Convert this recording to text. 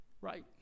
right